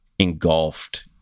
engulfed